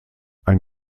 ein